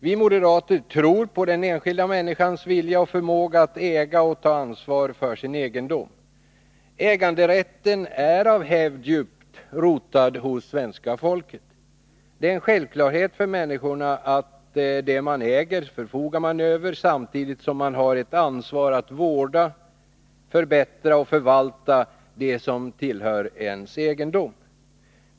Vi moderater tror på den enskilda människans vilja och förmåga att äga och ta ansvar för sin egendom. Äganderätten är av hävd djupt rotad hos svenska folket. Det är en självklarhet för människorna att det man äger förfogar man över, samtidigt som man har ett ansvar att vårda, förbättra och förvalta det som tillhör ens egendom.